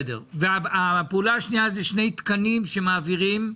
הפעולה השנייה היא שני תקנים שמעבירים.